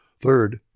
Third